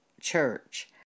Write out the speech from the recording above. church